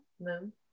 Moon